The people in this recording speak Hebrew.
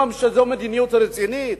זאת מדיניות רצינית?